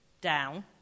down